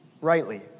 rightly